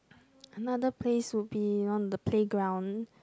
another place would be on the playground